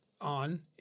on